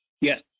Yes